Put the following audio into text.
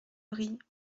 vrille